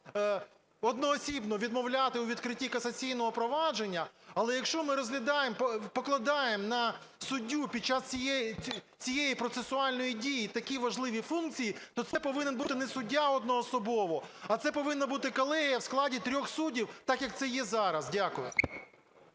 одноосібно відмовляти у відкритті касаційного провадження. Але якщо ми розглядаємо, покладаємо на суддю під час цієї процесуальної дії такі важливі функції, то це повинен бути не суддя одноособово, а це повинна бути колегія в складі 3 суддів – так, як це є зараз. Дякую.